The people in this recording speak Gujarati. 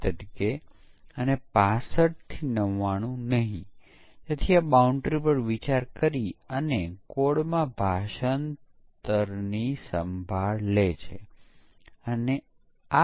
જોકે પહેલેથી જ આપણે આની પ્રથમ સત્રમાં સમીક્ષા કરી છે છતાં વસ્તુઓ બરાબર સમજાણી છે કે કેમ તે જોવા ચાલો આ જોઇયે